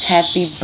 Happy